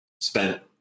spent